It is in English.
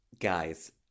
guys